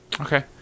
Okay